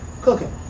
cooking